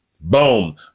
boom